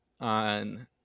on